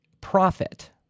profit